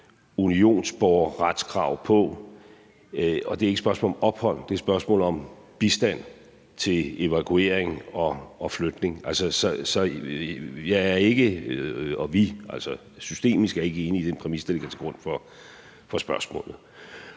unionsborgerretskrav på det. Det er ikke et spørgsmål om ophold, det er et spørgsmål om bistand til evakuering og flytning. Så systemisk er jeg ikke enig i den præcis, der ligger til grund for spørgsmålet.